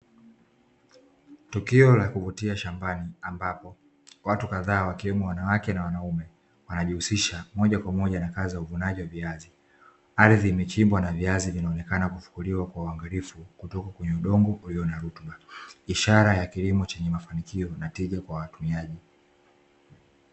Tukio la kuvutia shambani, ambapo watu kadhaa wakiwemo wanawake na wanaume, wanajihusisha moja kwa moja na kazi za uvunaji wa viazi. Ardhi imechimbwa na viazi vimeonekana kufukuliwa kwa uangalifu kutoka kwenye udongo ulio na rutuba. Ishara ya kilimo chenye mafanikio na tija kwa watumiaji.